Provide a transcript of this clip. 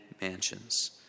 mansions